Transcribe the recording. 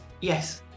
Yes